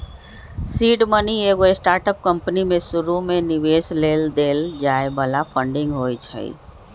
seed money एगो startup company में शुरुमे निवेश लेल देल जाय बला फंडिंग होइ छइ